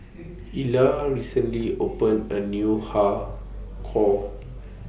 Ila recently opened A New Har Kow